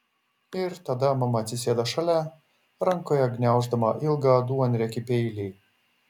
ir tada mama atsisėda šalia rankoje gniauždama ilgą duonriekį peilį